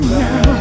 now